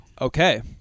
Okay